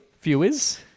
viewers